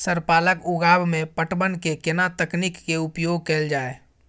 Sir पालक उगाव में पटवन के केना तकनीक के उपयोग कैल जाए?